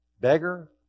beggar